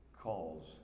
calls